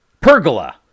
pergola